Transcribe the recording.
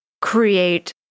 create